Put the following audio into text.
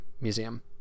museum